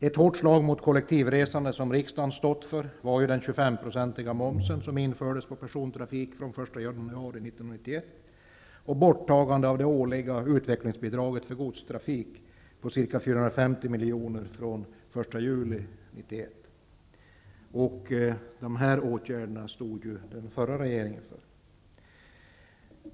Ett hårt slag mot kollektivresandet, som riksdagen har stått för, var den 25-procentiga moms som infördes på persontrafik den 1 januari 1991 och borttagandet den 1 juli 1991 av det årliga utvecklingsbidraget på 450 milj.kr. för godstrafik. Dessa åtgärder vidtog ju den förra regeringen.